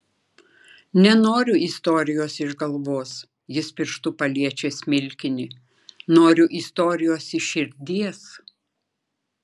nenoriu istorijos iš galvos jis pirštu paliečia smilkinį noriu istorijos iš širdies